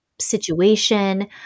situation